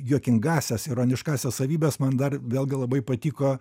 juokingąsias ironiškąsias savybes man dar vėlgi labai patiko